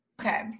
Okay